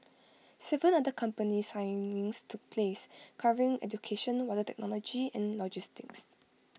Seven other company signings took place covering education water technology and logistics